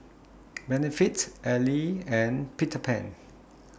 Benefit Elle and Peter Pan